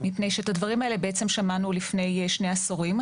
מפני שאת הדברים האלה שמענו לפני שני עשורים.